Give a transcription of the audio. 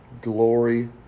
glory